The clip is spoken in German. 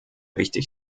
wichtig